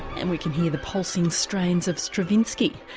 and we can hear the pulsing strains of stravinsky,